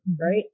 right